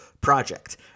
project